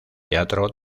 teatro